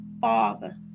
father